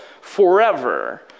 forever